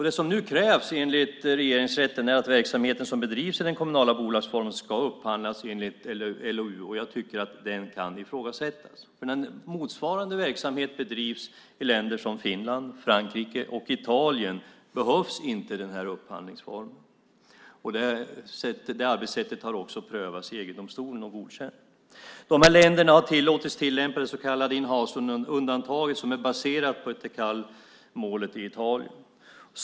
Det som nu krävs enligt Regeringsrätten är att verksamheten som bedrivs i den kommunala bolagsformen ska upphandlas enligt LOU. Jag tycker att den kan ifrågasättas, för när motsvarande verksamhet bedrivs i länder som Finland, Frankrike och Italien behövs inte den här upphandlingsformen. Det arbetssättet har också prövats i EG-domstolen och godkänts. De här länderna har tillåtits tillämpa det så kallade in-house undantaget, som är baserat på Teckalmålet i Italien.